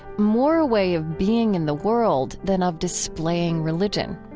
more a way of being in the world than of displaying religion.